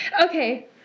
okay